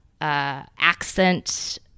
accent